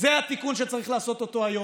זה התיקון שצריך לעשות היום,